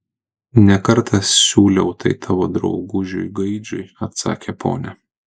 ne kartą siūliau tai tavo draugužiui gaidžiui atsakė ponia